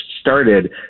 started